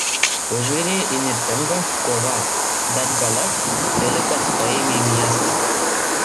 užvirė įnirtinga kova bet galop filipas paėmė miestą